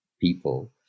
people